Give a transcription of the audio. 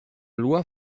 loi